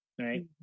right